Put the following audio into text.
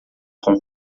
com